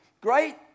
Great